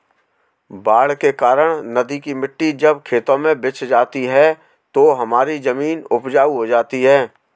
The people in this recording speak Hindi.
बाढ़ के कारण नदी की मिट्टी जब खेतों में बिछ जाती है तो हमारी जमीन उपजाऊ हो जाती है